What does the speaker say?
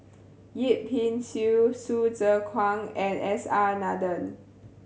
Yip Pin Xiu Hsu Tse Kwang and S R Nathan